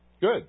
Good